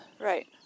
Right